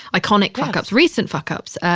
iconic fuckups, recent fuckups.